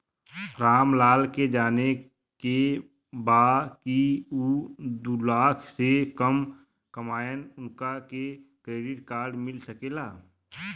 राम लाल के जाने के बा की ऊ दूलाख से कम कमायेन उनका के क्रेडिट कार्ड मिल सके ला?